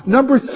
Number